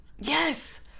Yes